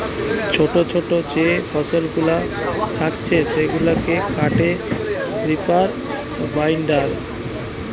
ছোটো ছোটো যে ফসলগুলা থাকছে সেগুলাকে কাটে রিপার বাইন্ডার